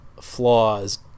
flaws